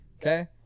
okay